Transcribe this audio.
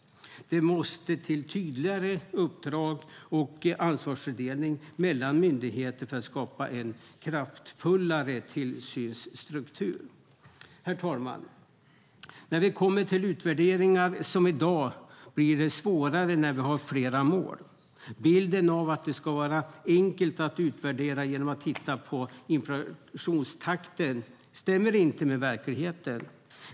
Det måste till tydligare uppdrag och ansvarsfördelning mellan myndigheter för att skapa en kraftfullare tillsynsstruktur. Herr talman! När vi kommer till utvärderingar som i dag blir det svårare när vi har flera mål. Bilden att det ska vara enkelt att utvärdera genom att titta på inflationstakten stämmer inte med verkligheten.